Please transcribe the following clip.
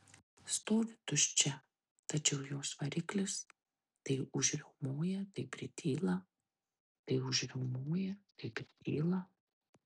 stovi tuščia tačiau jos variklis tai užriaumoja tai prityla tai užriaumoja tai prityla